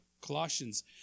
Colossians